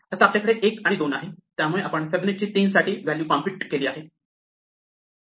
आता आपल्याकडे 1 आणि 2 आहे त्यामुळे आपण फिबोनाची 3 साठी व्हॅल्यू कॉम्प्युट केली आहे